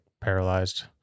paralyzed